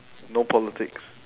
no politics